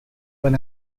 when